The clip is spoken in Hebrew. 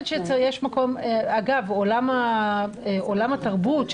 עולם התרבות,